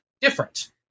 different